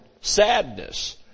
sadness